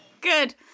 Good